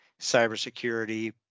cybersecurity